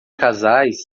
casais